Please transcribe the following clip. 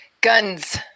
Guns